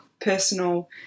personal